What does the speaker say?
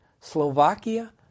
Slovakia